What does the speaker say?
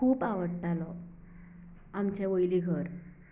खूब आवडटालो आमचें वयलें घर